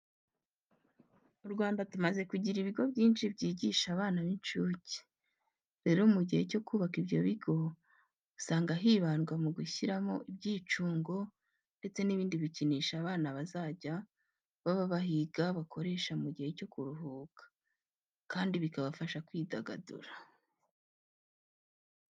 Mu Rwanda tumaze kugira ibigo byinshi byigisha abana b'incuke. Rero mu gihe cyo kubaka ibyo bigo, usanga hibandwa mu gushyiramo ibyicungo ndetse n'ibindi bikinisho abana bazajya baba bahiga bakoresha mu gihe cyo kuruhuka, kandi bikabafasha kwidagadura.